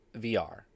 VR